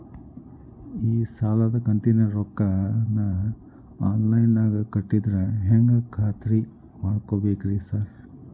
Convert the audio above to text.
ಈ ಸಾಲದ ಕಂತಿನ ರೊಕ್ಕನಾ ಆನ್ಲೈನ್ ನಾಗ ಕಟ್ಟಿದ್ರ ಹೆಂಗ್ ಖಾತ್ರಿ ಮಾಡ್ಬೇಕ್ರಿ ಸಾರ್?